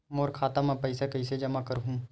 मोर खाता म पईसा कइसे जमा करहु?